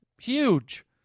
huge